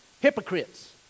hypocrites